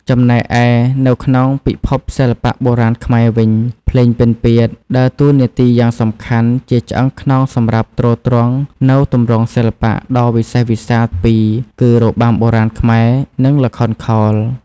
ចំណែកឯនៅក្នុងពិភពសិល្បៈបុរាណខ្មែរវិញ ភ្លេងពិណពាទ្យ ដើរតួនាទីយ៉ាងសំខាន់ជាឆ្អឹងខ្នងសម្រាប់ទ្រទ្រង់នូវទម្រង់សិល្បៈដ៏វិសេសវិសាលពីរគឺ របាំបុរាណខ្មែរ និង ល្ខោនខោល។